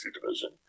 division